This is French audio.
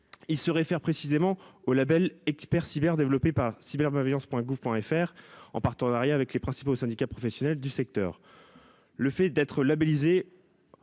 Il se réfère précisément au label ExpertCyber, développé sur le site cybermalveillance.gouv.fr, en partenariat avec les principaux syndicats professionnels du secteur. Le fait d'être labellisé